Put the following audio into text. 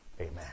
amen